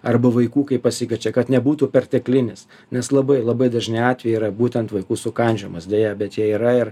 arba vaikų kai pasikviečia kad nebūtų perteklinis nes labai labai dažni atvejai yra būtent vaikų sukandžiojimas deja bet jie yra ir